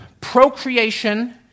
procreation